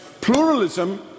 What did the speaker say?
pluralism